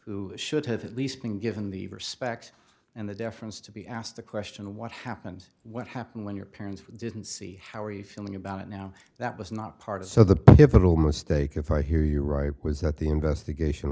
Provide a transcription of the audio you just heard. who should have at least been given the respect and the deference to be asked the question what happened what happened when your parents didn't see how are you feeling about it now that was not part of so the pivotal mistake if i hear you right was that the investigation